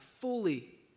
fully